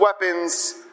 weapons